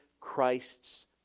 Christ's